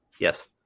yes